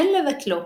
אין לבטלו,